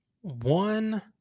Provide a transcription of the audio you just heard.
one